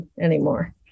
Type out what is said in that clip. anymore